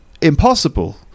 impossible